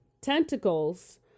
tentacles